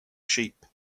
sheep